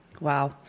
Wow